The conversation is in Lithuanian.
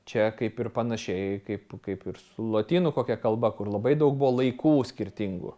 čia kaip ir panašiai kaip kaip ir su lotynų kokia kalba kur labai daug buvo laikų skirtingų